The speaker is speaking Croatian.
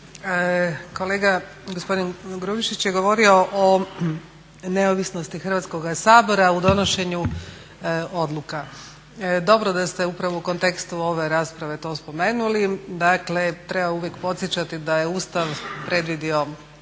Kolega, gospodin Grubišić je govori o neovisnosti Hrvatskoga sabora u donošenju odluka. Dobro da ste upravo u kontekstu ove rasprave to spomenuli, dakle treba uvijek podsjećati da je Ustav predvidio